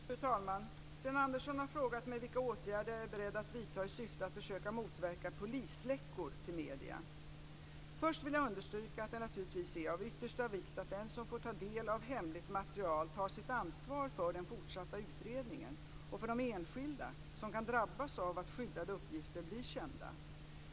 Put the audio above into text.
Fru talman! Sten Andersson har frågat mig vilka åtgärder jag är beredd att vidta i syfte att försöka motverka "polisläckor" till medierna. Först vill jag understryka att det naturligtvis är av yttersta vikt att den som får ta del av hemligt material tar sitt ansvar för den fortsatta utredningen och för de enskilda som kan drabbas av att skyddade uppgifter blir kända.